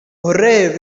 hooray